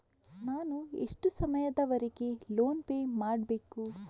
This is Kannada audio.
ನಾನು ಎಷ್ಟು ಸಮಯದವರೆಗೆ ಲೋನ್ ಪೇ ಮಾಡಬೇಕು?